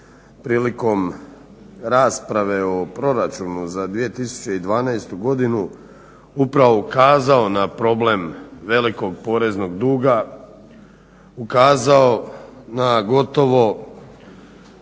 prilikom rasprave o proračunu za 2012. godinu upravo ukazao na problem velikog poreznog duga, ukazao na gotovo